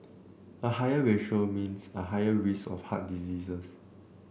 a higher ratio means a higher risk of heart diseases